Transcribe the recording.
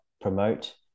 promote